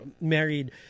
married